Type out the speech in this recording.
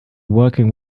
working